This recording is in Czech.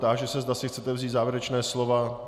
Táži se, zda si chcete vzít závěrečná slova.